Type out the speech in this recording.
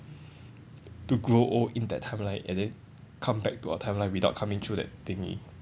to grow old in that timeline and then come back to our timeline without coming through that thingy